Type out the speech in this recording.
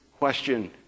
question